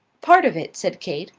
part of it, said kate,